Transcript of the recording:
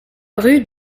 rue